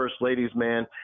firstladiesman